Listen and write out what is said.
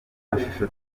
mashusho